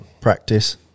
practice